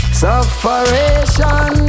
sufferation